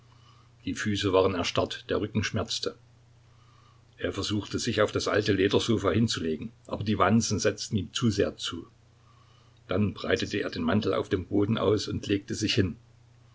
die füße waren erstarrt der rücken schmerzte er versuchte sich auf das alte ledersofa hinzulegen aber die wanzen setzten ihm zu sehr zu dann breitete er den mantel auf dem boden aus und legte sich hin